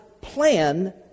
plan